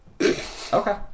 Okay